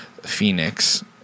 Phoenix